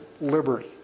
liberty